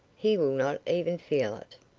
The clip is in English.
he will not even feel it.